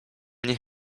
niech